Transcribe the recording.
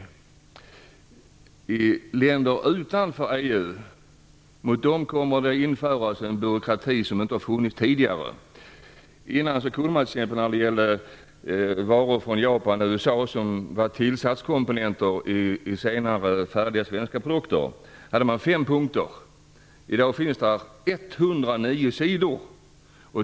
För länder utanför EU kommer det att införas en byråkrati som inte har funnits tidigare. För varor från Japan och USA som var tillsatskomponenter i senare färdiga svenska produkter fanns det fem punkter. I dag finns där 109 sidor.